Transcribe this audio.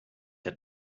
der